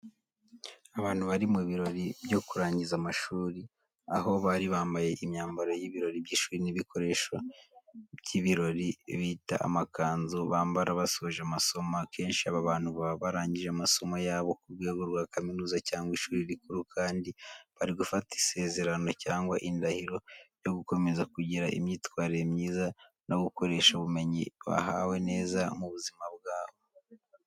Abantu bari mu birori byo kurangiza amashuri, aho bari bambaye imyambaro y'ibirori by'ishuri n'ibikoresho by'ibirori bita amakanzu bambara basoje amasomo. Akenshi aba bantu baba barangije amasomo yabo ku rwego rwa kaminuza cyangwa ishuri rikuru kandi bari gufata isezerano cyangwa indahiro yo gukomeza kugira imyitwarire myiza no gukoresha ubumenyi bahawe neza mu buzima bwabo.